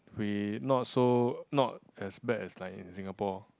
we not so not as bad as like in Singapore